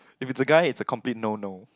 if it's a guy it's a complete no no